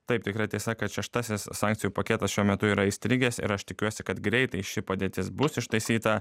taip tikra tiesa kad šeštasis sankcijų paketas šiuo metu yra įstrigęs ir aš tikiuosi kad greitai ši padėtis bus ištaisyta